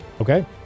Okay